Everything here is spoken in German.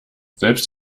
selbst